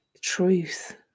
truth